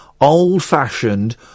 old-fashioned